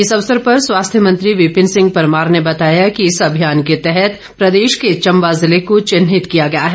इस अवसर पर स्वास्थ्य मंत्री विपिन सिंह परमार ने बताया कि इस अभियान के तहत प्रदेश के चंबा जिले को चिन्हित किया गया है